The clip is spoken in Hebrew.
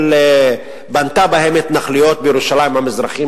בנתה בהם התנחלויות בירושלים המזרחית,